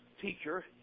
teacher